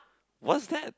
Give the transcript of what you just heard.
what's that